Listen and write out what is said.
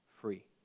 free